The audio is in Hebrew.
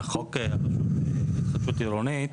בחוק הרשות להתחדשות עירונית,